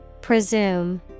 Presume